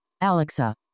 Alexa